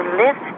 lift